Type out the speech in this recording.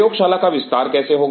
प्रयोगशाला का विस्तार कैसे होगा